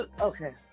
okay